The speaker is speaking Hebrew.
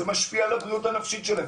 זה משפיע על הבריאות הנפשית שלהם.